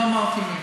אני לא אמרתי.